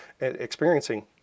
experiencing